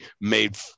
made